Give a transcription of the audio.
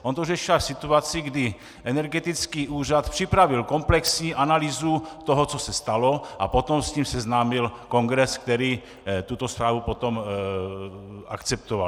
On to řešil až v situaci, kdy energetický úřad připravil komplexní analýzu toho, co se stalo, a potom s tím seznámil Kongres, který tuto zprávu akceptoval.